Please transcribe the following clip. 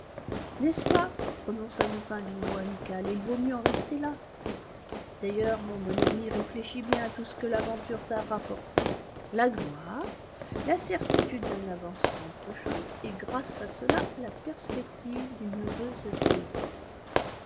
n'est-ce pas prononça lupin d'une voix amicale il vaut mieux en rester là d'ailleurs mon bon ami réfléchis bien à tout ce que l'aventure t'a rapporté la gloire la certitude d'un avancement prochain et grâce à cela la perspective d'une heureuse vieillesse